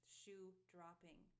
shoe-dropping